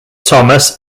thomas